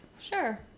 Sure